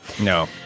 No